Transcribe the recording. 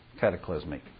cataclysmic